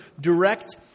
direct